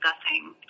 discussing